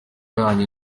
yanyu